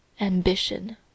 ambition